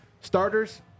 starters